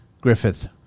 griffith